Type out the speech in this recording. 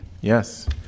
yes